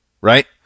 right